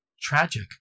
Tragic